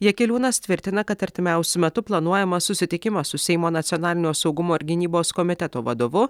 jakeliūnas tvirtina kad artimiausiu metu planuojamas susitikimas su seimo nacionalinio saugumo ir gynybos komiteto vadovu